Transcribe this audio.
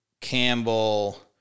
Campbell